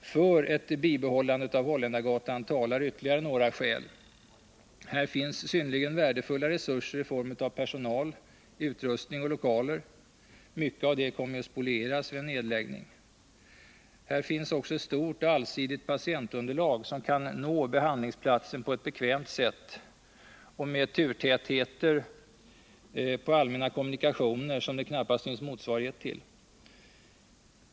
För ett bibehållande av Holländargatan talar ytterligare några skäl. Här finns synnerligen värdefulla resurser i form av personal, utrustning och lokaler. Mycket av detta kommer att spolieras vid en nedläggning. Här finns ett stort och allsidigt patientunderlag, och patienterna kan nå behandlingsplatsen på ett bekvämt sätt, med turtätheter på de allmänna kommunikationerna som det knappast finns motsvarighet till.